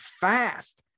fast